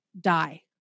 die